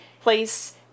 place